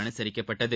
அனுசரிக்கப்பட்டது